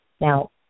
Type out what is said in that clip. Now